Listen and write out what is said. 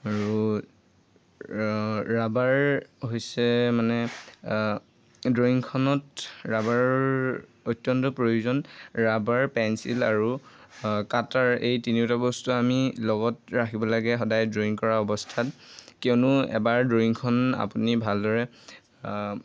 আৰু ৰাবাৰ হৈছে মানে ড্ৰয়িংখনত ৰাবাৰৰ অত্যন্ত প্ৰয়োজন ৰাবাৰ পেঞ্চিল আৰু কাটাৰ এই তিনিওটা বস্তু আমি লগত ৰাখিব লাগে সদায় ড্ৰয়িং কৰা অৱস্থাত কিয়নো এবাৰ ড্ৰয়িংখন আপুনি ভালদৰে